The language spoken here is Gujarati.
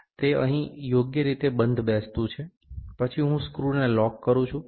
તે અહીં યોગ્ય રીતે બંધબેસતું છે પછી હું સ્ક્રુને લોક કરું છું